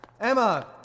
Emma